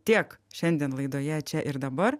tiek šiandien laidoje čia ir dabar